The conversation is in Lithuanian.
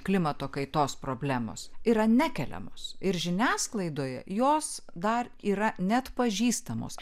klimato kaitos problemos yra nekeliamos ir žiniasklaidoje jos dar yra neatpažįstamos